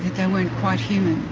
that they weren't quite human.